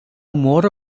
ମୋର